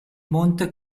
monte